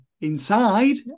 inside